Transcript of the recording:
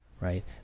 right